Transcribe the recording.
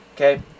Okay